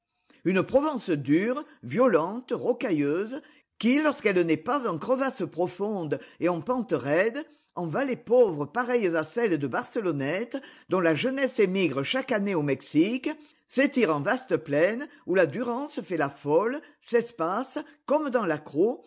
une provence dure violente rocailleuse qui lorsqu'elle n'est pas en crevasses profondes et en pentes raides en vallées pauvres pareilles à celle de barcelonnette dont la jeunesse émigré chaque année au mexique s'étire en vastes plaines où la durance fait la folle s'espace comme dans la